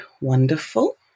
wonderful